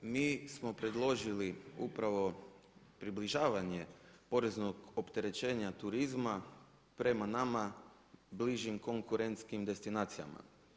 Mi smo predložili upravo približavanje poreznog opterećenja turizma prema nama bližim konkurentskim destinacijama.